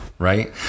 Right